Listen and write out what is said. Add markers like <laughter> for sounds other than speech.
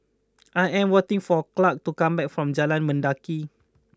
<noise> I am waiting for Clark to come back from Jalan Mendaki